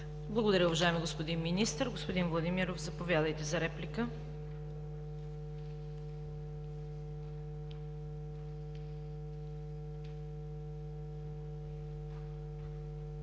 Благодаря, уважаеми господин Министър. Господин Владимиров, заповядайте за реплика.